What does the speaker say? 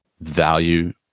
value